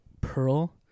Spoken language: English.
Pearl